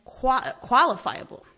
qualifiable